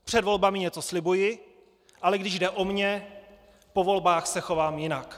Před volbami něco slibuji, ale když jde o mě, po volbách se chovám jinak.